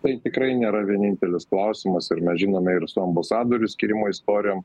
tai tikrai nėra vienintelis klausimas ir mes žinome ir su ambasadorių skyrimo istorijom